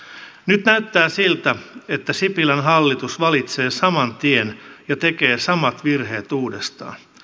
nyt näyttää siltä että sipilän hallitus valitsee saman tien ja tekee samat virheet uudestaan